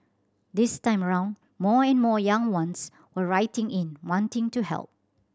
this time round more and more young ones were writing in wanting to help